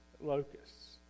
locusts